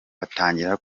batangira